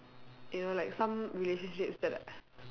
you know like some relationships that